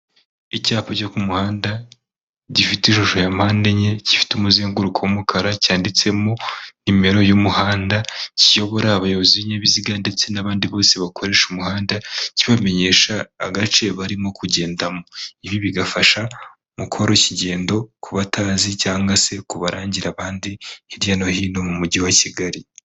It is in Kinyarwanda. Icyapa cyo ku muhanda gifite ishusho ya mpande enye, gifite umuzenguruko w'umukara, cyanditsemo nimero y'umuhanda, kiyobora abayobozi b'inyabiziga ndetse n'abandi bose bakoresha umuhanda, kibamenyesha agace barimo kugendamo, ibi bigafasha mu koroshya ingendo ku batazi cyangwa se kubarangira abandi hirya no hino mu mujyi wa Kigali.